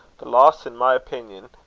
the loss, in my opingan,